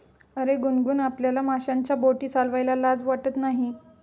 अरे गुनगुन, आपल्याला माशांच्या बोटी चालवायला लाज वाटत नाही